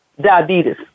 diabetes